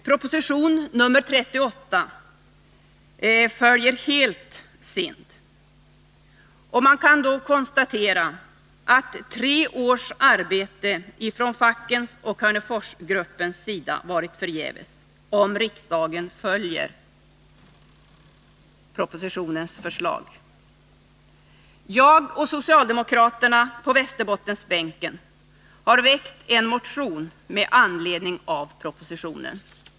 Proposition nr 38 följer helt SIND. Man kan konstatera att tre års arbete från fackens och Hörneforsgruppens sida kommer att vara förgäves, om riksdagen följer propositionen. Jag och övriga socialdemokrater på Västerbottensbänken har väckt en motion med anledning av propositionen.